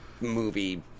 movie